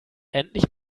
endlich